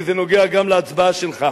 כי זה נוגע גם להצבעה שלך: